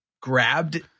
grabbed